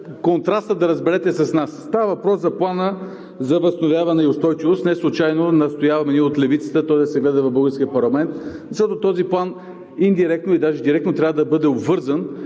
контрастът да разберете с нас. Става въпрос за Плана за възстановяване и устойчивост. Неслучайно настояваме ние от левицата той да се гледа в българския парламент, защото този план индиректно, и даже директно трябва да бъде обвързан